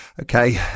Okay